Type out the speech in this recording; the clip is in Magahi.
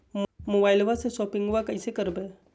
मोबाइलबा से शोपिंग्बा कैसे करबै?